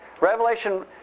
Revelation